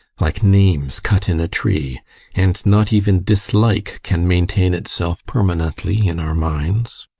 like names cut in a tree and not even dislike can maintain itself permanently in our minds.